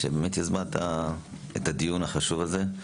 שיזמה את הדיון החשוב הזה.